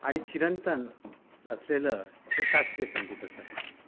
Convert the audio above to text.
आणि चिरंतन असलेलं हे शास्त्रीय संगीतच आहे